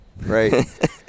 Right